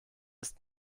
ist